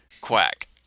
Quack